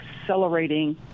accelerating